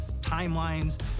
timelines